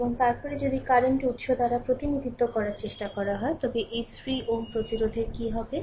এবং তারপরে যদি কারেন্ট উত্স দ্বারা প্রতিনিধিত্ব করার চেষ্টা করা হয় তবে এই 3 Ω প্রতিরোধের কী হবে